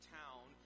town